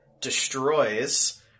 destroys